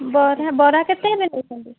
ବରା ବରା କେତେ ନେଉଛନ୍ତି